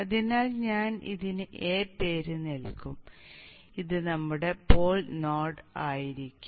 അതിനാൽ ഞാൻ ഇതിന് a പേര് നൽകും ഇത് നമ്മുടെ പോൾ നോഡ് ആയിരിക്കും